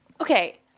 okay